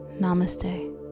Namaste